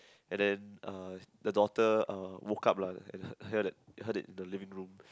and then uh the daughter uh woke up lah and her her hear that heard the living room